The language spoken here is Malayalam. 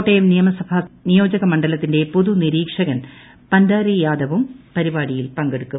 കോട്ടയം നിയമസഭാ നിയോജക മണ്ഡലത്തിൻറെ പൊതുനിരീക്ഷകൻ പന്ധാരി യാദവും പരിപാടിയും പങ്കെടുക്കും